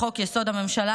לחוק-יסוד: הממשלה,